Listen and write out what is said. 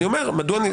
לדוגמה,